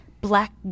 black